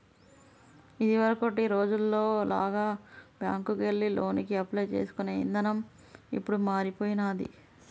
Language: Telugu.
ఇదివరకటి రోజుల్లో లాగా బ్యేంకుకెళ్లి లోనుకి అప్లై చేసుకునే ఇదానం ఇప్పుడు మారిపొయ్యినాది